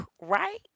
Right